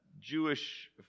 Jewish